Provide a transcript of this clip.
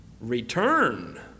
return